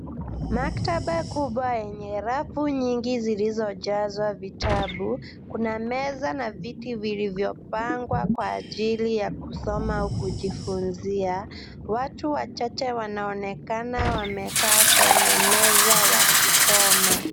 Maktaba kubwa yenye rafu nyingi zilizojazwa vitabu, kuna meza na viti vilivyopangwa kwa ajili ya kusoma au kujifunzia. Watu wachache wanaonekana wamekaa kwenye meza wakisoma.